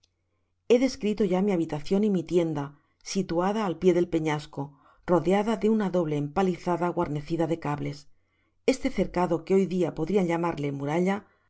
he descrito ya mi habitacion y mi tienda situada at pié del peñasco rodeada de una doble empalizada guarnecida de cables este cercado que boy dia podrian llamarle muralla